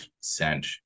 sent